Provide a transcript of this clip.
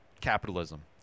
capitalism